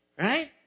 right